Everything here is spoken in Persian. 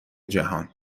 جهان